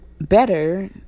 better